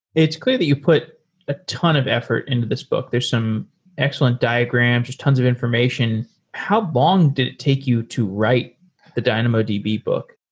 it's clear that you put ah ton of effort into this book. there are some excellent diagrams, just tons of information. how long did it take you to write the dynamodb book?